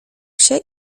się